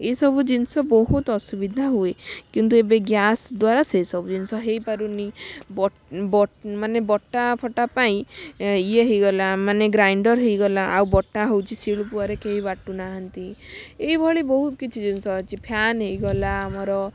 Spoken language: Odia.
ଏହି ସବୁ ଜିନିଷ ବହୁତ ଅସୁବିଧା ହୁଏ କିନ୍ତୁ ଏବେ ଗ୍ୟାସ ଦ୍ୱାରା ସେ ସବୁ ଜିନିଷ ହେଇପାରୁନି ବ ବ ମାନେ ବଟା ଫଟା ପାଇଁ ଇଏ ହେଇଗଲା ମାନେ ଗ୍ରାଇଣ୍ଡର ହେଇଗଲା ଆଉ ବଟା ହେଉଛି ସିଳି ପୁଆରେ କେହି ବାଟୁ ନାହାଁନ୍ତି ଏହିଭଳି ବହୁତ ଜିନିଷ କିଛି ଅଛି ଫ୍ୟାନ ହେଇଗଲା ଆମର